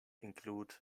include